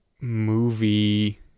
movie